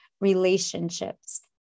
relationships